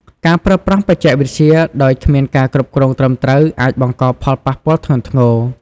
ការប្រើប្រាស់បច្ចេកវិទ្យាដោយគ្មានការគ្រប់គ្រងត្រឹមត្រូវ អាចបង្កផលប៉ះពាល់ធ្ងន់ធ្ងរ។